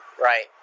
Right